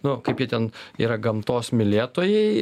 nu kaip jie ten yra gamtos mylėtojai